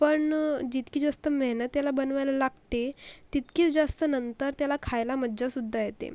पण जितकी जास्त मेहनत याला बनवायला लागते तितकीच जास्त नंतर त्याला खायला मजासुद्धा येते